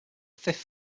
fifth